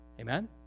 Amen